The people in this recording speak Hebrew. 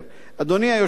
אדוני היושב-ראש,